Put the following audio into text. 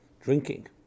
Drinking